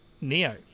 Neo